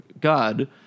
God